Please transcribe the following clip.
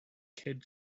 kid